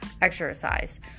exercise